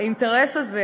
האינטרס הזה,